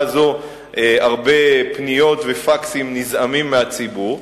הזו הרבה פניות ופקסים נזעמים מהציבור,